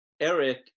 Eric